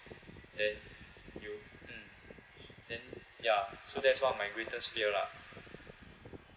then you mm then ya so that's one of my greatest fear lah